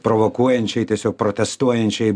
provokuojančiai tiesiog protestuojančiai